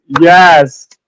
yes